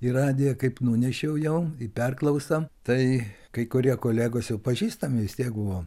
į radiją kaip nunešiau jau į perklausą tai kai kurie kolegos jau pažįstami vis tiek buvo